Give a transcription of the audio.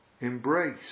embrace